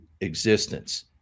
existence